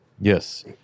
yes